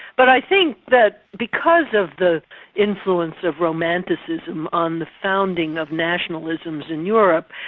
but i think that because of the influence of romanticism on the founding of nationalisms in europe,